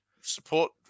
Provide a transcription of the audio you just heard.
support